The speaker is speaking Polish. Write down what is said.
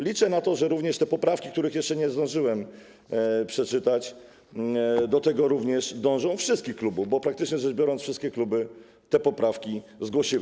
Liczę na to, że również te poprawki, których jeszcze nie zdążyłem przeczytać, do tego dążą - poprawki wszystkich klubów, bo praktycznie rzecz biorąc, wszystkie kluby te poprawki zgłosiły.